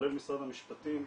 כולל משרד המשפטים,